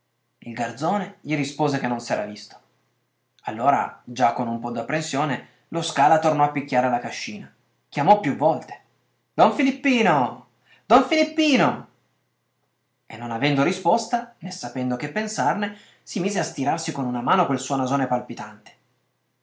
il garzone gli rispose che non s'era visto allora già con un po d'apprensione lo scala tornò a picchiare alla cascina chiamò più volte don filippino don filippino e non avendo risposta né sapendo che pensarne si mise a stirarsi con una mano quel suo nasone palpitante